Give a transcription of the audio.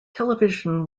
television